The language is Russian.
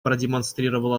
продемонстрировал